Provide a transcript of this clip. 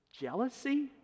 jealousy